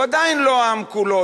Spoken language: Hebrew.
הוא עדיין לא העם כולו.